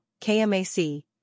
KMAC